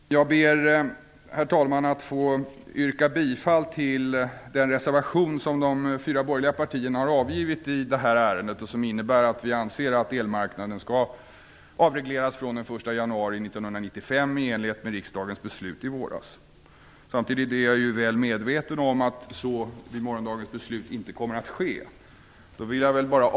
Herr talman! Jag ber att få yrka bifall till den reservation som de fyra borgerliga partierna har avgivit i det här ärendet och som innebär att vi anser att elmarknaden skall avregleras från den 1 januari 1995 i enlighet med riksdagens beslut i våras. Samtidigt är jag väl medveten om att så inte kommer att ske vid morgondagens beslut.